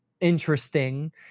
interesting